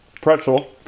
pretzel